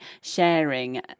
sharing